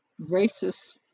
racist